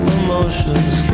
emotions